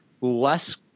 less